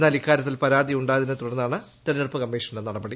എന്നാൽ ഇക്കാര്യത്തിൽ പരാതി ഉണ്ടായതിനെ തുടർന്നാണ് തെരഞ്ഞെടുപ്പ് കമ്മീഷന്റെ നടപടി